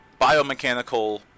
Biomechanical